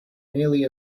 nearly